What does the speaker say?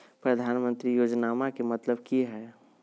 प्रधानमंत्री योजनामा के मतलब कि हय?